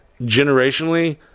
generationally